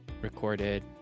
Recorded